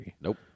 Nope